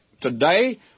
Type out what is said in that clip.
today